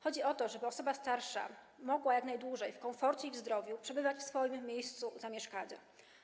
Chodzi o to, żeby osoba starsza mogła jak najdłużej w komforcie i zdrowiu przebywać w swoim miejscu zamieszkania.